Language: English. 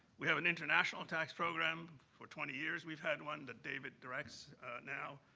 we have an international tax program, for twenty years, we've had one, that david directs now.